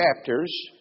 chapters